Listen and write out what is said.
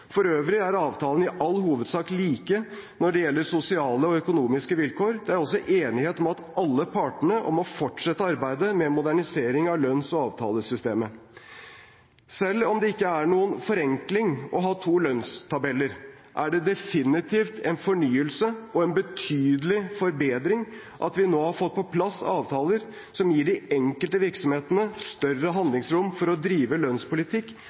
For øvrig er avtalene i all hovedsak like når det gjelder sosiale og økonomiske vilkår. Det er også enighet om at alle partene må fortsette arbeidet med modernisering av lønns- og avtalesystemet. Selv om det ikke er noen forenkling å ha to lønnstabeller, er det definitivt en fornyelse og en betydelig forbedring at vi nå har fått på plass avtaler som gir de enkelte virksomhetene større handlingsrom for å drive lønnspolitikk